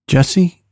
Jesse